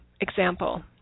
example